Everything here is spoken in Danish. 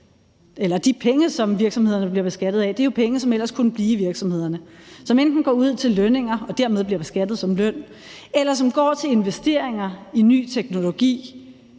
at de penge, som virksomhederne bliver beskattet af, jo er penge, som ellers kunne blive i virksomhederne. De går enten ud til lønninger og bliver dermed beskattet som løn eller til investeringer i ny teknologi.